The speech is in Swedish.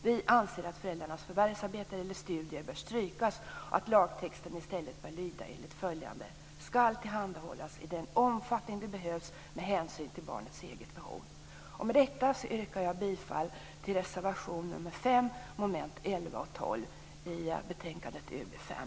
Vi anser att "föräldrarnas förvärvsarbete eller studier" bör strykas och att lagtexten i stället bör lyda enligt följande: "- skall tillhandahållas i den omfattning det behövs med hänsyn till barnets eget behov." Med detta yrkar jag bifall till reservation nr 5 under moment 11 och 12 i betänkandet UbU5.